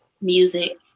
music